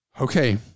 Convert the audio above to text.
Okay